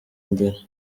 imbere